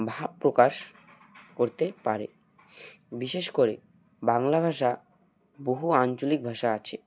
ভাব প্রকাশ করতে পারে বিশেষ করে বাংলা ভাষা বহু আঞ্চলিক ভাষা আছে